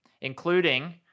Including